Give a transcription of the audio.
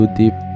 deep